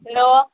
hello